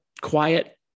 Quiet